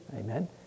amen